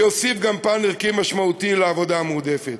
ויוסיף פן ערכי ומשמעותי לעבודה המועדפת.